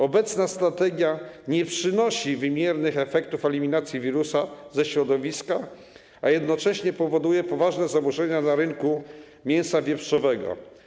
Obecna nie przynosi wymiernych efektów eliminacji wirusa ze środowiska, a jednocześnie powoduje poważne zaburzenia dla rynku mięsa wieprzowego.